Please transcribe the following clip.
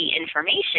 information